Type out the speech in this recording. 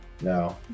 No